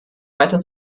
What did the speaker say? weiter